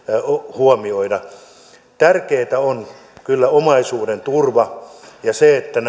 huomioida tärkeintä on kyllä omaisuuden turva ja se että